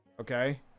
Okay